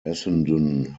essendon